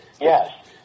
Yes